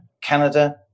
Canada